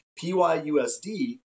PYUSD